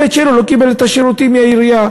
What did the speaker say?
הילד שלו לא קיבל את השירותים מהעירייה.